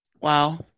Wow